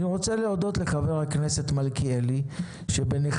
אני רוצה להודות לחבר הכנסת מלכיאלי שבנחישות,